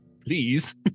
please